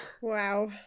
Wow